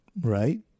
right